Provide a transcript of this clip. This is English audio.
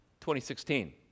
2016